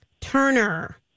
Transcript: turner